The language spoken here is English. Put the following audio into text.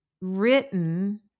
written